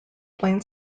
plain